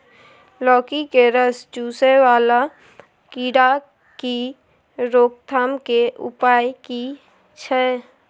लौकी के रस चुसय वाला कीरा की रोकथाम के उपाय की छै?